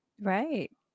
Right